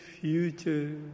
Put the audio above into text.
future